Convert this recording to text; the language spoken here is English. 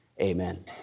Amen